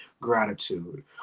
gratitude